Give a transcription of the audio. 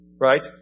right